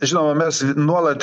žinoma mes nuolat